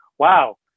wow